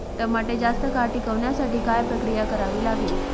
टमाटे जास्त काळ टिकवण्यासाठी काय प्रक्रिया करावी लागेल?